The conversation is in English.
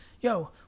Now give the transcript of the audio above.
yo